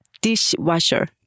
dishwasher